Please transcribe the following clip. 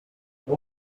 dix